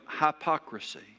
hypocrisy